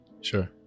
Sure